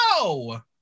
No